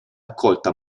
accolta